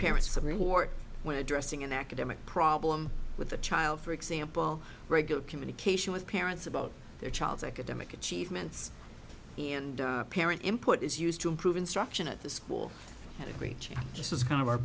reward when addressing an academic problem with the child for example regular communication with parents about their child's academic achievements and parent input is used to improve instruction at the school and agreed just as kind of our